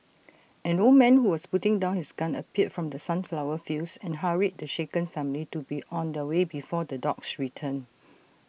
an old man who was putting down his gun appeared from the sunflower fields and hurried the shaken family to be on their way before the dogs return